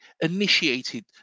initiated